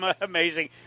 amazing